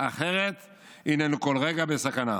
אחרת היננו כל רגע בסכנה.